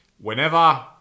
whenever